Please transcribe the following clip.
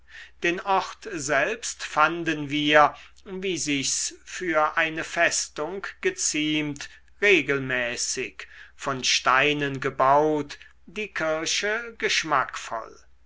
den ort selbst fanden wir wie sich's für eine festung geziemt regelmäßig von steinen gebaut die kirche geschmackvoll